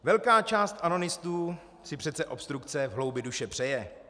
Velká část anonistů si přece obstrukce v hloubi duše přeje.